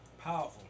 Powerful